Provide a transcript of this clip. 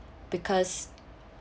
because